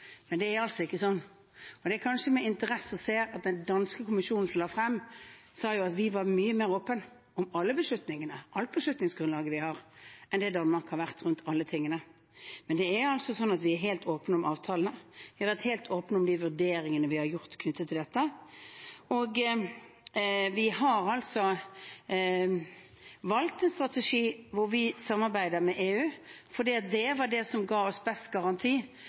men det er altså ikke slik. Den danske kommisjonen sa jo i rapporten som de har lagt frem, at vi var mye mer åpne om alle beslutningene, om alt beslutningsgrunnlaget vi har, enn det Danmark har vært rundt alle disse tingene. Det er altså slik at vi er helt åpne om avtalene, og vi har vært helt åpne om de vurderingene vi har gjort knyttet til dette. Vi har altså valgt en strategi hvor vi samarbeider med EU, fordi det var det som ga oss best garanti